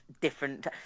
different